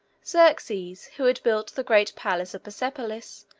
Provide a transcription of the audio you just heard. xerxes, who had built the great palace of persepolis,